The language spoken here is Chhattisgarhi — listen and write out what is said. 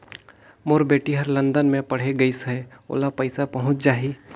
मोर बेटी हर लंदन मे पढ़े गिस हय, ओला पइसा पहुंच जाहि?